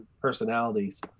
personalities